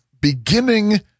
beginning